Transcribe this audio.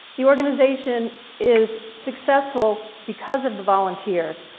the organization is successful because of the volunteers.